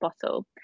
bottle